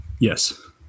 Yes